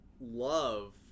love